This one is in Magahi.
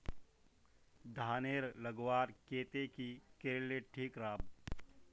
धानेर लगवार केते की करले ठीक राब?